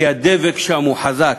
כי הדבק שם הוא חזק,